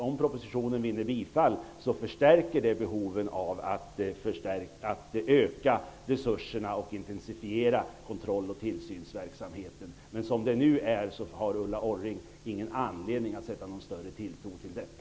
Om propositionen vinner bifall förstärker det behovet av att öka resurserna och att intensifiera kontrolloch tillsynsverksamheten. Som det ser ut i dag har Ulla Orring ingen anledning att sätta någon större tilltro till detta.